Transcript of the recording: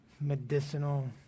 medicinal